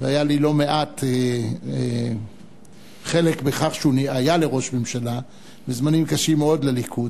והיה לי חלק לא קטן בכך שהוא היה לראש ממשלה בזמנים קשים מאוד לליכוד,